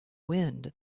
wind